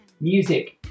music